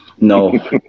no